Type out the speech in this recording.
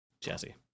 Jesse